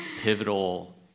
pivotal